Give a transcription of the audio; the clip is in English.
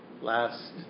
last